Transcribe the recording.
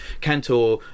Cantor